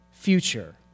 future